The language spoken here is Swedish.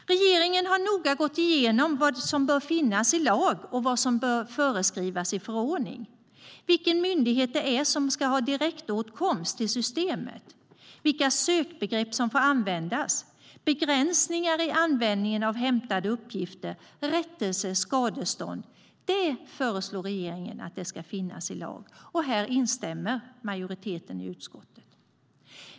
Regeringen har noga gått igenom vad som bör finnas i lag och vad som bör föreskrivas i förordning. Vilken myndighet som ska ha direktåtkomst till systemet, vilka sökbegrepp som får användas, begränsningar i användningen av hämtade uppgifter, rättelse och skadestånd föreslår regeringen ska finnas i lag. Här instämmer majoriteten i utskottet.